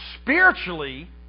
Spiritually